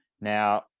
Now